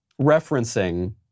referencing